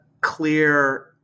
clear